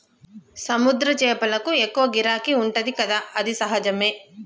సముద్ర చేపలకు ఎక్కువ గిరాకీ ఉంటది కదా అది సహజమే